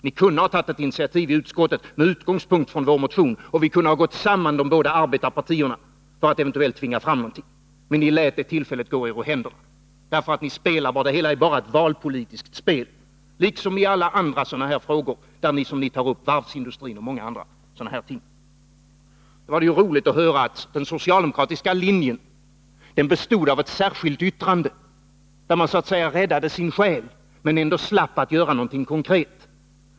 Ni kunde ha tagit ett initiativ i utskottet med utgångspunkt i vår motion, och de båda arbetarpartierna kunde ha gått samman för att eventuellt tvinga fram ett resultat. Men ni lät tillfället gå er ur händerna, därför att ni spelar. Det hela är bara ett valpolitiskt spel. Ni spelar här liksom i alla andra sådana här frågor som ni tar upp, om t.ex. varvsindustrin och många andra ting. Det var roligt att höra att den socialdemokratiska linjen bestod av ett särskilt yttrande, där man så att säga räddade sin själ och ändå slapp att göra något konkret.